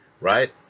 Right